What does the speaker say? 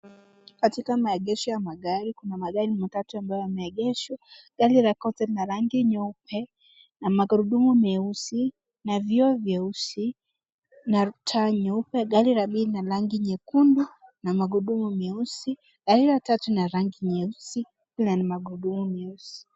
Katika maegesho ya magari, kuna magari matatu ambayo yameegeshwa. Gari la kwanza lina rangi nyeupe na magurudumu meusi na vioo vyeusi na taa nyeupe, gari pili lina rangi nyekundu na magurudumu meusi, gari la tatu lina rangi nyeusi na magurudumu meusi.